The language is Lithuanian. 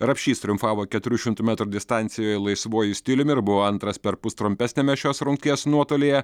rapšys triumfavo keturių šimtų metrų distancijoje laisvuoju stiliumi ir buvo antras perpus trumpesniame šios rungties nuotolyje